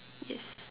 yes